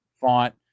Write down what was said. font